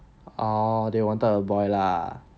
oh they wanted a boy lah